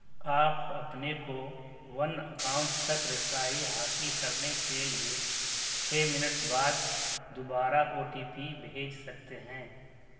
آپ اپنے کو ون اکاؤنٹ تک رسائی حاصل کرنے کے لیے چھ منٹ بعد دوبارہ او ٹی پی بھیج سکتے ہیں